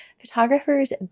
photographers